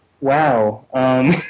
wow